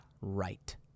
right